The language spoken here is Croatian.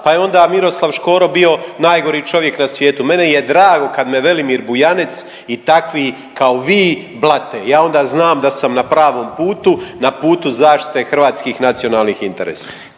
pa je onda Miroslav Škoro bio najgori čovjek na svijetu. Meni je drago kad me Velimir Bujanec i takvi kao vi blate. Ja onda znam da sam na pravom putu, na putu zaštite hrvatskih nacionalnih interesa.